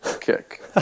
kick